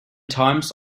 times